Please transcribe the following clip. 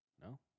No